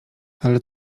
ale